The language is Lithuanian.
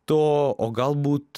to o galbūt